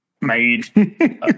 made